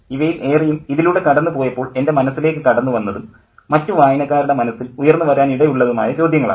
ഇവയിൽ ഏറെയും ഇതിലൂടെ കടന്നു പോയപ്പോൾ എൻ്റെ മനസ്സിലേക്ക് കടന്നുവന്നതും മറ്റു വായനക്കാരുടെ മനസ്സിൽ ഉയർന്നു വരാൻ ഇടയുള്ളതുമായ ചോദ്യങ്ങളാണ്